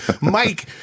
mike